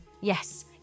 yes